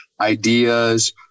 ideas